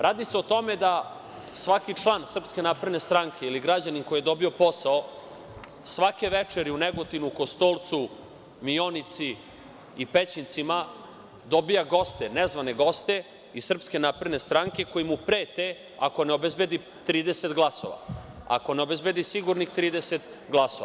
Radi se o tome da svaki član Srpske napredne stranke ili građanin koji je dobio posao, svake večeri u Negotinu, Kostolcu, Mionici i Pećincima dobija goste, nezvane goste iz Srpske napredne stranke koji mu prete ako ne obezbedi sigurnih 30 glasova.